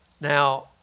Now